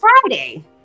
Friday